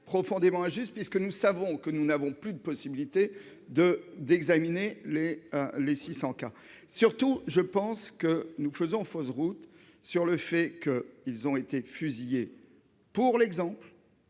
profondément injuste puisque nous savons que nous n'avons plus de possibilités de d'examiner les les 600 cas surtout je pense que nous faisons fausse route sur le fait que ils ont été fusillés pour l'exemple.